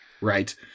Right